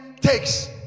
takes